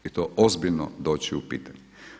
I to ozbiljno doći u pitanje.